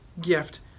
gift